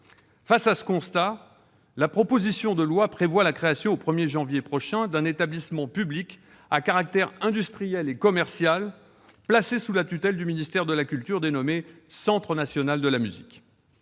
Devant ce constat, la proposition de loi prévoit la création, au 1 janvier prochain, d'un établissement public à caractère industriel et commercial, un ÉPIC, placé sous la tutelle du ministère de la culture et dénommé « Centre national de la musique